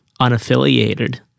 unaffiliated